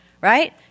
right